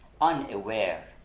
unaware